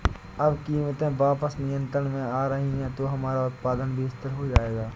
अब कीमतें वापस नियंत्रण में आ रही हैं तो हमारा उत्पादन भी स्थिर हो जाएगा